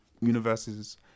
universes